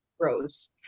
grows